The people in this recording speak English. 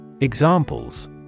Examples